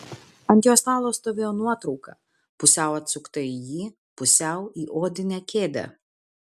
ant jo stalo stovėjo nuotrauka pusiau atsukta į jį pusiau į odinę kėdę